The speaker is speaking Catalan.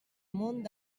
munt